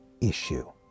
issue